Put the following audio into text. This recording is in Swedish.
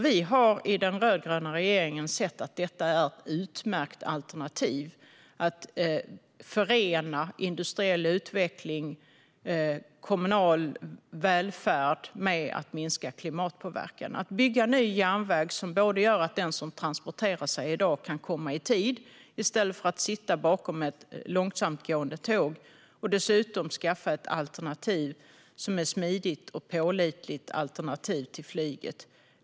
Vi i den rödgröna regeringen har sett att detta är ett utmärkt alternativ när det gäller att förena industriell utveckling och kommunal välfärd med minskad klimatpåverkan. Det är en självklar reform att bygga ny järnväg som gör att den som transporterar sig kan komma i tid i stället för att sitta bakom ett långsamtgående tåg. Dessutom skaffar man genom detta ett alternativ som är ett smidigt och pålitligt alternativ till flyget.